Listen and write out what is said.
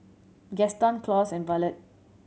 Gaston Claus and Ballard